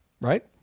right